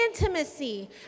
intimacy